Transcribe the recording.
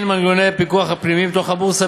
הן מנגנוני הפיקוח הפנימיים בתוך הבורסה,